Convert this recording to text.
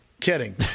Kidding